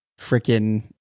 freaking